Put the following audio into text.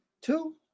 two